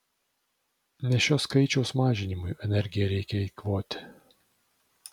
ne šio skaičiaus mažinimui energiją reikia eikvoti